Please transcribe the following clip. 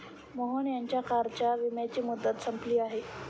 मोहन यांच्या कारच्या विम्याची मुदत संपली आहे